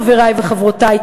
חברי וחברותי,